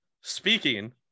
speaking